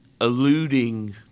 alluding